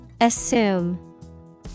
Assume